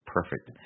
Perfect